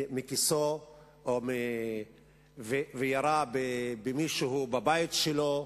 מכיסו וירה במישהו בבית שלו,